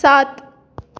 सात